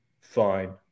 fine